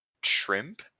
Shrimp